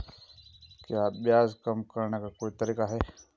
क्या ब्याज कम करने का कोई तरीका है?